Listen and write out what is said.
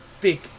big